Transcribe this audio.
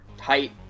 Height